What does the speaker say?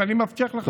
ואני מבטיח לך,